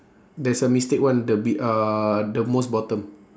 there's a mistake [one] the be~ uh the most bottom